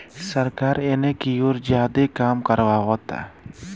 सरकार एने कियोर ज्यादे काम करावता